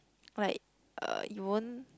like uh you won't